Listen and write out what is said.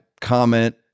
comment